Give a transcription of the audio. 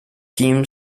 kim